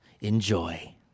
Enjoy